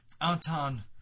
Anton